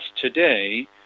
today